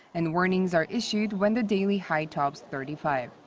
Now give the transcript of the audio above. and warnings are issued when the daily high tops thirty five.